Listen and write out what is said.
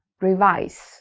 Revise